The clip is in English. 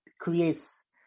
creates